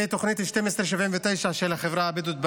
ואת תוכנית 1279 של החברה הבדואית בנגב.